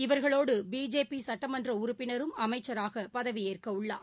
இவர்களோடுபிஜேபிசட்டமன்றஉறுப்பினரும் அமைச்சராகபதவியேற்கவுள்ளார்